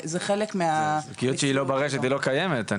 זה חלק מה --- זוגיות שהיא לא ברשת היא לא קיימת,